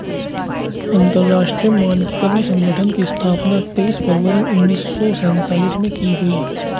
अंतरराष्ट्रीय मानकीकरण संगठन की स्थापना तेईस फरवरी उन्नीस सौ सेंतालीस में की गई